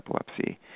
epilepsy